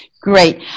Great